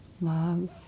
love